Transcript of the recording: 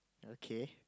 okay